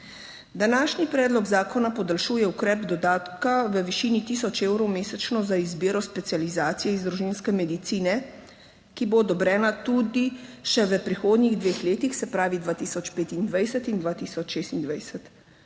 Današnji predlog zakona podaljšuje ukrep dodatka v višini 1000 evrov mesečno za izbiro specializacije iz družinske medicine ki bo odobrena tudi še v prihodnjih dveh letih, se pravi 2025 in 2026.